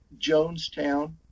Jonestown